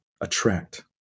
attract